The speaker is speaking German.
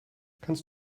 kannst